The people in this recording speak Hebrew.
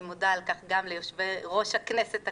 אני מודה על כך גם ליושבי-ראש הכנסת הקודמים,